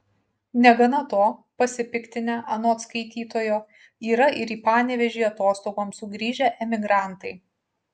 negana to pasipiktinę anot skaitytojo yra ir į panevėžį atostogoms sugrįžę emigrantai